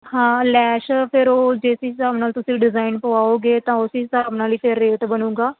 ਹਾਂ ਲੈਸ਼ ਫਿਰ ਉਹ ਜਿਸ ਹਿਸਾਬ ਨਾਲ ਤੁਸੀਂ ਡਿਜ਼ਾਇਨ ਪਵਾਓਗੇ ਤਾਂ ਉਸ ਹੀ ਹਿਸਾਬ ਨਾਲ ਹੀ ਫਿਰ ਰੇਟ ਬਣੂਗਾ